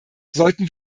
sollten